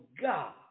God